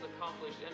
accomplished